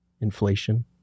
Inflation